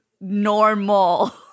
normal